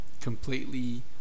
completely